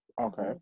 Okay